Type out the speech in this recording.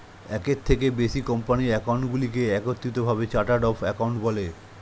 একের থেকে বেশি কোম্পানির অ্যাকাউন্টগুলোকে একত্রিত ভাবে চার্ট অফ অ্যাকাউন্ট বলে